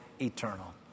eternal